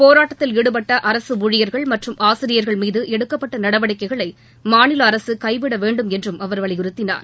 போராட்டத்தில் ஈடுபட்ட அரசு ஊழியர்கள் மற்றும் ஆசிரியர்கள் மீது எடுக்கப்பட்ட நடவடிக்கைகளை மாநில அரசு கைவிட வேண்டும் என்றும் அவர் வலியுறுத்தினார்